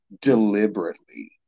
deliberately